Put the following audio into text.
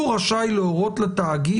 הוא רשאי להורות לתאגיד"